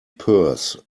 purse